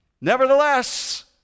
Nevertheless